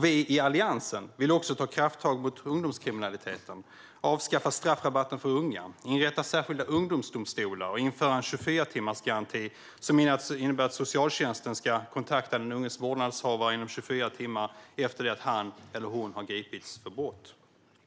Vi i Alliansen vill också ta krafttag mot ungdomskriminaliteten, avskaffa straffrabatten för unga, inrätta särskilda ungdomsdomstolar och införa en 24-timmarsgaranti, som innebär att socialtjänsten ska kontakta den unges vårdnadshavare inom 24 timmar efter det att han eller hon gripits för brott.